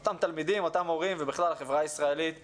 התלמידים, המורים והחברה הישראלית בכלל,